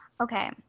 okay